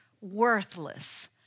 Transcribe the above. worthless